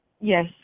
yes